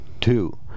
Two